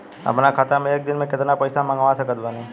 अपना खाता मे एक दिन मे केतना पईसा मँगवा सकत बानी?